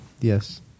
Yes